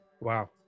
Wow